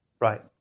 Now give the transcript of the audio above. Right